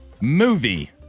movie